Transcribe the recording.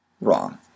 Wrong